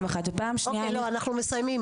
צריך למקד את זה, וניתן את הדעת.